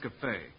Cafe